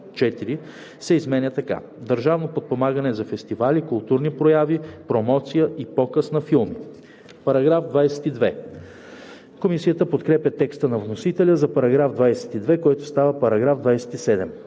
се изменя така: „Държавно подпомагане за фестивали, културни прояви, промоция и показ на филми“.“ Комисията подкрепя текста на вносителя за § 22, който става § 27.